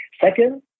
Second